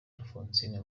alphonsine